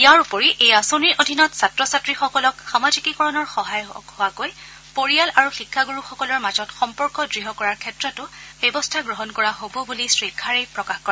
ইয়াৰ উপৰি এই আঁচনিৰ অধীনত ছাত্ৰী ছাত্ৰীসকলক সামাজিকীকৰণৰ সহায়ক হোৱাকৈ পৰিয়াল আৰু শিক্ষাণুৰুসকলৰ মাজত সম্পৰ্ক দৃঢ় কৰাৰ ক্ষেত্ৰতো ব্যৱস্থা গ্ৰহণ কৰা হ'ব বুলি শ্ৰীখাৰেই প্ৰকাশ কৰে